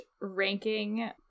ranking